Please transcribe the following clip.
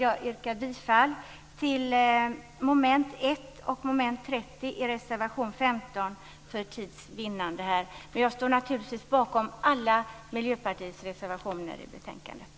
Jag yrkar för tids vinnande bifall endast till reservation 15 vad avser mom. 1 och mom. 30, men jag står naturligtvis bakom alla Miljöpartiets reservationer i betänkandet.